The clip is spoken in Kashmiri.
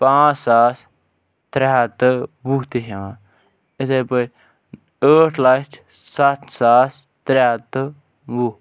پانٛژھ ساس ترٛےٚ ہتھ تہٕ وُہ تہِ یِوان اِتھٕے پٲٹھۍ ٲٹھ لَچھ سَتھ ساس ترٛےٚ ہتھ تہٕ وُہ